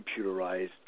computerized